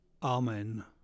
amen